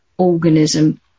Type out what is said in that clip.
Organism